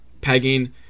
pegging